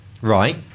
Right